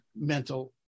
mental